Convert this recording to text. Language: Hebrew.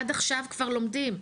עד עכשיו כבר לומדים.